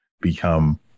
become